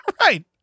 Right